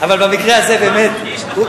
אבל במקרה הזה, אני השתכנעתי.